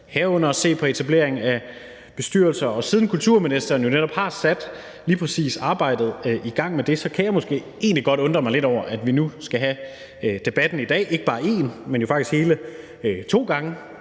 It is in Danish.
herunder ses på etableringen af bestyrelser. Siden kulturministeren netop har sat arbejdet i gang med lige præcis det, kan jeg måske egentlig godt undre mig lidt over, at vi nu skal have debatten i dag, ikke bare en, men faktisk hele to gange.